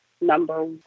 number